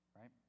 Right